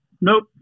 Nope